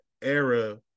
era